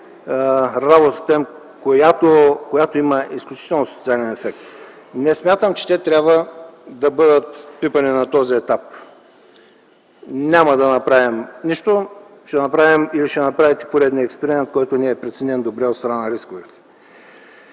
работата им, която има изключително социален ефект. Не смятам, че те трябва да бъдат пипани на този етап. Няма да направим нищо или ще направите поредния експеримент, който не е добре преценен от страна на рисковете.